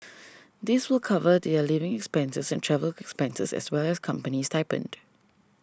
this will cover their living expenses and travel expenses as well as company stipend